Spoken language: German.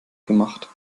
gemacht